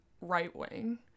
right-wing